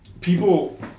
people